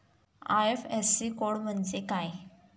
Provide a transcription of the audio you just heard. IFSC code म्हणजे काय?